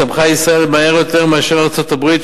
צמחה ישראל מהר יותר מאשר ארצות-הברית,